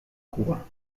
cuba